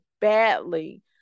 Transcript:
badly